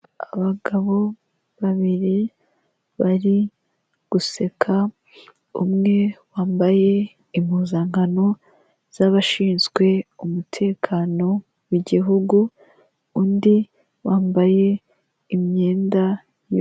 Abagabo babiri bari guseka, umwe wambaye impuzankano z'abashinzwe umutekano w'Igihugu undi wambaye imyenda.